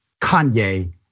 Kanye